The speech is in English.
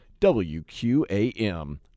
WQAM